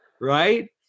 Right